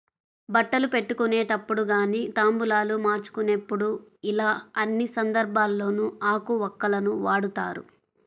బట్టలు పెట్టుకునేటప్పుడు గానీ తాంబూలాలు మార్చుకునేప్పుడు యిలా అన్ని సందర్భాల్లోనూ ఆకు వక్కలను వాడతారు